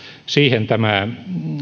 siihen tämä